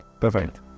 perfect